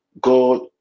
God